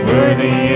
Worthy